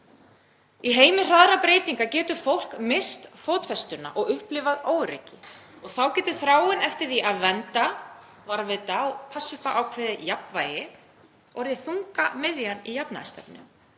Í heimi hraðra breytinga getur fólk misst fótfestu og upplifað óöryggi. Og þá getur þráin eftir því að vernda, varðveita og passa upp á ákveðið jafnvægi orðið þungamiðjan í jafnaðarstefnu